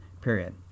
period